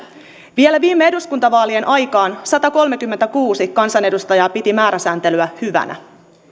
vielä viime eduskuntavaalien aikaan satakolmekymmentäkuusi kansanedustajaa piti määräsääntelyä hyvänä